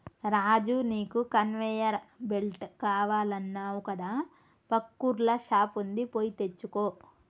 రాజు నీకు conveyor belt కావాలన్నావు కదా పక్కూర్ల షాప్ వుంది పోయి తెచ్చుకో